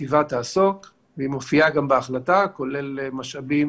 החטיבה תעסוק והיא מופיעה גם בהחלטה, כולל משאבים